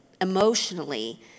emotionally